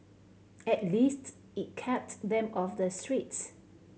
at least it kept them off the streets